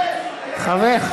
חבר,